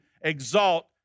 exalt